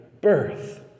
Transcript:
birth